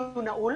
כי הוא נעול,